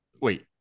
Wait